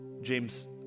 James